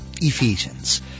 Ephesians